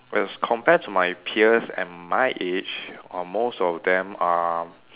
as compared to my peers at my age are most of them are